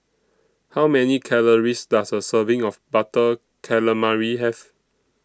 How Many Calories Does A Serving of Butter Calamari Have